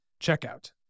checkout